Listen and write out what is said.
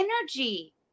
energy